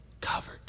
covered